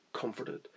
Comforted